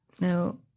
No